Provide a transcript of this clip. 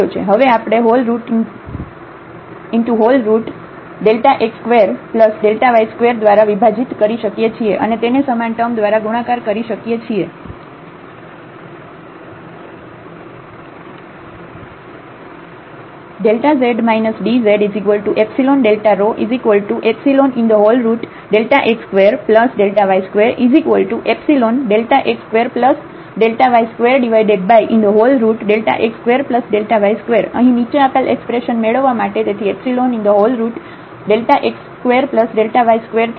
હવે આપણે x2y2 દ્વારા વિભાજીત કરી શકીએ છીએ અને તેને સમાન ટૅમ દ્વારા ગુણાકાર કરી શકીએ છીએ ⟹Δz dzΔϵx2Δy2 ϵx2Δy2x2Δy2 અહીં નીચે આપેલ એક્સપ્રેશન મેળવવા માટે તેથી એપ્સીલોન x2y2થી વિભાજિત